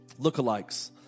Lookalikes